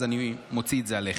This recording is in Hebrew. אז אני מוציא את זה עליכם.